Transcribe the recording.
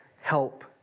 help